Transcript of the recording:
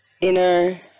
inner